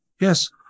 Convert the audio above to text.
Yes